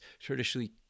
traditionally